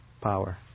power